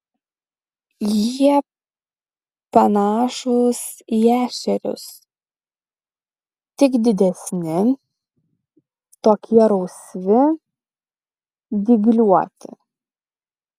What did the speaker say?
jie panašūs į ešerius tik didesni tokie rausvi dygliuoti